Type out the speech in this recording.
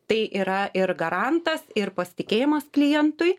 tai yra ir garantas ir pasitikėjimas klientui